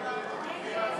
הגבלת תוקפם של צווי איסור